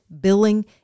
billing